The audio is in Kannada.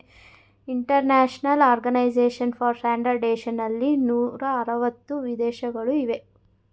ಇಂಟರ್ನ್ಯಾಷನಲ್ ಆರ್ಗನೈಸೇಶನ್ ಫಾರ್ ಸ್ಟ್ಯಾಂಡರ್ಡ್ಜೇಶನ್ ನಲ್ಲಿ ನೂರ ಅರವತ್ತು ವಿದೇಶಗಳು ಇವೆ